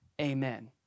amen